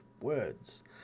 words